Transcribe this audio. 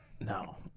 no